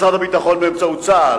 משרד הביטחון באמצעות צה"ל,